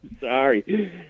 Sorry